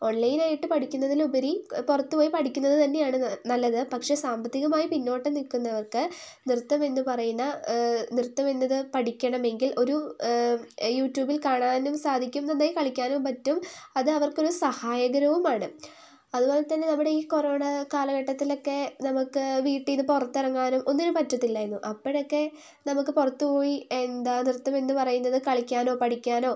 ഓൺലൈനായിട്ട് പഠിക്കുന്നതിലുപരി പുറത്തുപോയി പഠിക്കുന്നത് തന്നെയാണ് നല്ലത് പക്ഷേ സാമ്പത്തികമായി പിന്നോട്ട് നിൽക്കുന്നവർക്ക് നൃത്തം എന്നു പറയുന്ന നൃത്തം എന്നത് പഠിക്കണമെങ്കിൽ ഒരു യൂട്യൂബിൽ കാണാനും സാധിക്കുന്നുണ്ടെങ്കിൽ കളിക്കാനും പറ്റും അത് അവർക്കൊരു സഹായകരവുമാണ് അതുപോലെതന്നെ നമ്മുടെ ഈ കൊറോണ കാലഘട്ടത്തിലൊക്കെ നമുക്ക് വീട്ടിൽ നിന്ന് പുറത്തിറങ്ങാനും ഒന്നിനും പറ്റത്തില്ലായിരുന്നു അപ്പോഴൊക്കെ നമുക്ക് പുറത്തുപോയി എന്താ നൃത്തമെന്നു പറയുന്നത് കളിക്കാനോ പഠിക്കാനോ